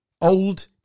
Old